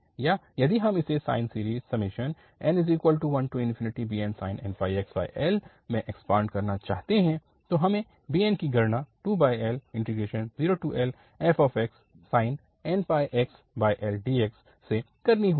या यदि हम इसे साइन सीरीज़ n1bnsin nπxL में एक्सपांड करना चाहते हैं तो हमें bn की गणना 2L0Lfxsin nπxL dx से करनी होगी